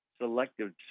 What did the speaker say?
selective